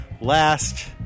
last